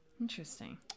Interesting